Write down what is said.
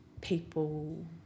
people